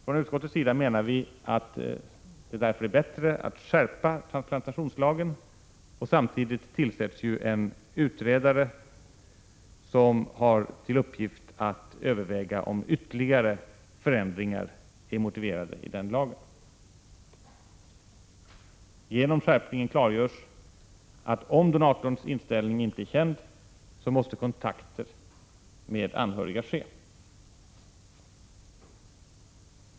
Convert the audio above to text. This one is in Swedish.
Från utskottets sida menar vi därför att det är bättre att skärpa transplantationslagen och samtidigt tillsätta en utredare som har till uppgift att överväga om ytterligare förändringar är motiverade. Härigenom klargörs att om donatorns inställning inte är känd måste kontakter med anhöriga ske.